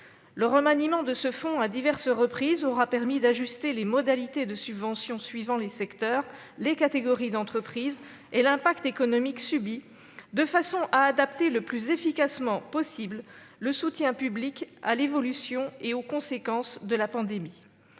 Le remaniement à diverses reprises de ce fonds aura permis d'ajuster les modalités de subventions suivant les secteurs, les catégories d'entreprises et l'impact économique subi, de façon à adapter le plus efficacement possible le soutien public à l'évolution et aux conséquences de la pandémie.